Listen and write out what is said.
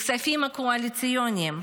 בכספים הקואליציוניים.